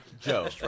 Joe